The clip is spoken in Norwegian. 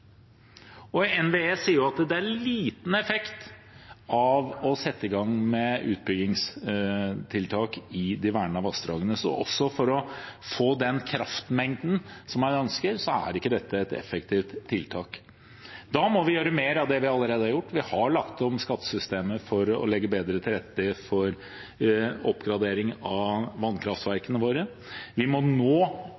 NVE sier at det er liten effekt av å sette i gang med utbyggingstiltak i de vernede vassdragene, og for å få den kraftmengden som man ønsker, er ikke dette et effektivt tiltak. Da må vi gjøre mer av det vi allerede har gjort. Vi har lagt om skattesystemet for å legge bedre til rette for oppgradering av